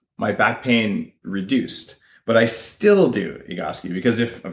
my back pain reduced but i still do egoscue, because if,